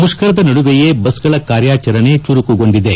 ಮುತ್ತರದ ನಡುವೆಯೇ ಬಸ್ಗಳ ಕಾರ್ಯಾಚರಣೆ ಚುರುಕುಗೊಂಡಿದೆ